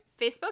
Facebook